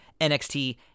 NXT